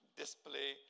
display